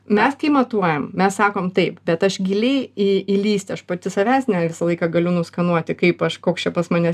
mes tai matuojam mes sakom taip bet aš giliai į įlįsti aš pati savęs ne visą laiką galiu nuskanuoti kaip aš koks čia pas mane